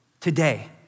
Today